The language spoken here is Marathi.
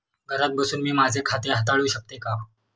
घरात बसून मी माझे खाते हाताळू शकते का?